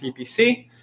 PPC